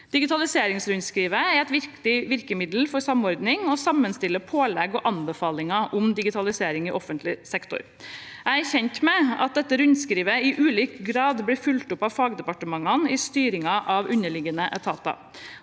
Digitaliseringsrundskrivet er et viktig virkemiddel for samordning, og sammenstiller pålegg og anbefalinger om digitalisering i offentlig sektor. Jeg er kjent med at dette rundskrivet i ulik grad blir fulgt opp av fagdepartementene i styringen av underliggende etater.